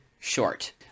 short